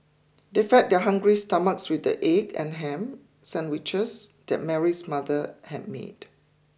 they fed their hungry stomachs with the egg and ham sandwiches that Mary's mother had made